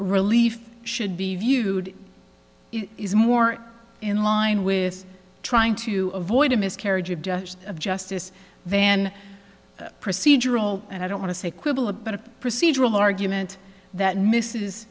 relief should be viewed is more in line with trying to avoid a miscarriage of justice of justice van procedural and i don't want to say quibble about a procedural argument that miss